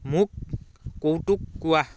মোক কৌতুক কোৱা